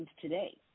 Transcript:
today